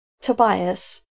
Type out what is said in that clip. Tobias